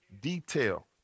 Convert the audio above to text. detail